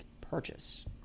purchase